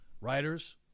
writers